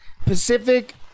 Pacific